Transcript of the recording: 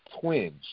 twinge